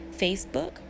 Facebook